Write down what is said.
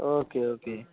okay okay